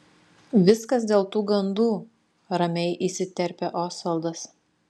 viskas dėl tų gandų ramiai įsiterpia osvaldas